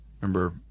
remember